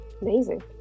amazing